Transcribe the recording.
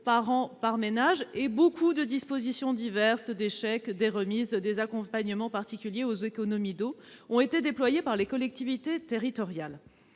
par an et par ménage, et beaucoup de dispositions diverses- chèques, remises, accompagnements particuliers pour les économies d'eau -développées par les collectivités territoriales.